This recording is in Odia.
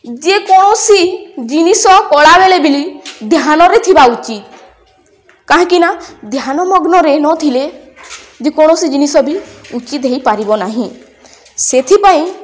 ଯେକୌଣସି ଜିନିଷ କଳାବେଳେ ବି ଧ୍ୟାନରେ ଥିବା ଉଚିତ କାହିଁକି ନା ଧ୍ୟାନ ମଗ୍ନରେ ନଥିଲେ ଯେ କୌଣସି ଜିନିଷ ବି ଉଚିତ ହେଇପାରିବ ନାହିଁ ସେଥିପାଇଁ